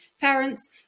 parents